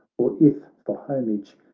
for if, for homage,